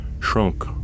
shrunk